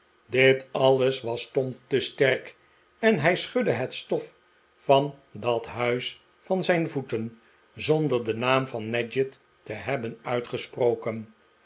dit alles was tom te sterk en hij schudde het stof van dat huis van zijn voetefr zonder den naam van nadgett te hebben uitgesproken